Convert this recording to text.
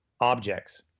objects